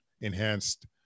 enhanced